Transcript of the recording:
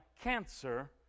cancer